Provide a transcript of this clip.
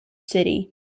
city